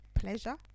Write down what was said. pleasure